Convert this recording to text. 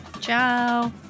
Ciao